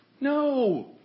No